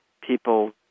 people